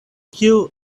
kiu